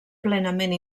plenament